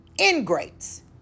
ingrates